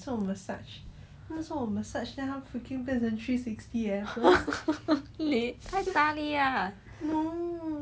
太大量啊